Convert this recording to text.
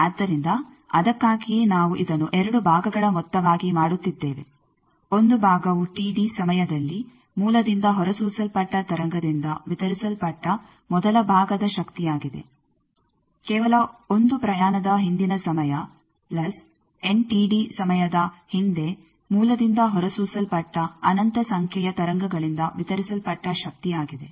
ಆದ್ದರಿಂದ ಅದಕ್ಕಾಗಿಯೇ ನಾವು ಇದನ್ನು ಎರಡು ಭಾಗಗಳ ಮೊತ್ತವಾಗಿ ಮಾಡುತ್ತಿದ್ದೇವೆ ಒಂದು ಭಾಗವು ಸಮಯದಲ್ಲಿ ಮೂಲದಿಂದ ಹೊರಸೂಸಲ್ಪಟ್ಟ ತರಂಗದಿಂದ ವಿತರಿಸಲ್ಪಟ್ಟ ಮೊದಲ ಭಾಗದ ಶಕ್ತಿಯಾಗಿದೆ ಕೇವಲ ಒಂದು ಪ್ರಯಾಣದ ಹಿಂದಿನ ಸಮಯ ಪ್ಲಸ್ ಸಮಯದ ಹಿಂದೆ ಮೂಲದಿಂದ ಹೊರಸೂಸಲ್ಪಟ್ಟ ಅನಂತ ಸಂಖ್ಯೆಯ ತರಂಗಗಳಿಂದ ವಿತರಿಸಲ್ಪಟ್ಟ ಶಕ್ತಿಯಾಗಿದೆ